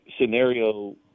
scenario